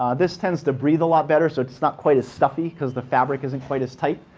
ah this tends to breathe a lot better, so it's not quite as stuffy because the fabric isn't quite as tight.